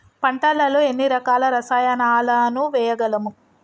పంటలలో ఎన్ని రకాల రసాయనాలను వేయగలము?